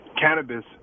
cannabis